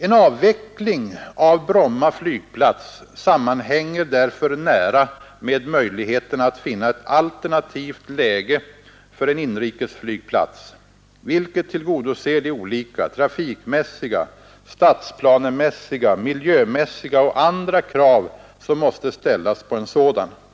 En avveckling av Bromma flygplats sammanhänger därför nära med möjligheterna att finna ett alternativt läge för en inrikesflygplats, vilket tillgodser de olika trafikmässiga, stadsplanemässiga, miljömässiga och andra krav som måste ställas på en sådan flygplats.